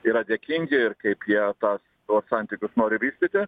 yra dėkingi ir kaip jie tas tuos santykius nori vystyti